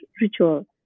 ritual